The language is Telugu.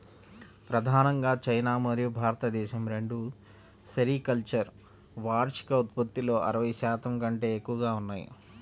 ప్రధానంగా చైనా మరియు భారతదేశం రెండూ సెరికల్చర్ వార్షిక ఉత్పత్తిలో అరవై శాతం కంటే ఎక్కువగా ఉన్నాయి